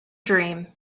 dream